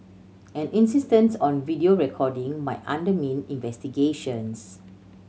an insistence on video recording might undermine investigations